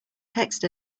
text